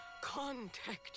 contact